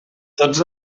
tots